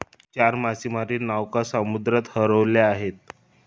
चार मासेमारी नौका समुद्रात हरवल्या आहेत